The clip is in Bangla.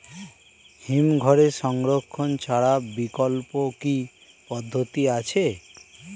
হিমঘরে সংরক্ষণ ছাড়া বিকল্প কি পদ্ধতি আছে?